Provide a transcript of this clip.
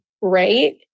right